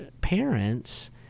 parents